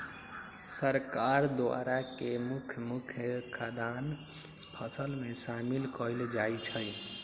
सरकार द्वारा के मुख्य मुख्य खाद्यान्न फसल में शामिल कएल जाइ छइ